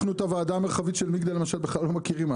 אנחנו את הוועדה המרחבית של מגדל למשל בכלל לא מכירים,